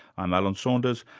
i'm alan saunders,